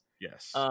Yes